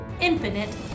infinite